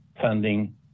funding